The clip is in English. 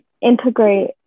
integrate